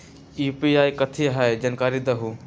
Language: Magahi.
यू.पी.आई कथी है? जानकारी दहु